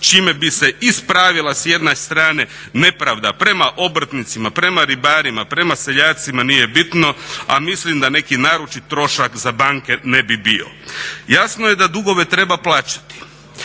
čime bi se ispravila s jedne strane nepravda prema obrtnicima, prema ribarima, prema seljacima nije bitno, a mislim da neki naročit trošak za banke ne bi bio. Jasno je da dugove treba plaćati.